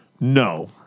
No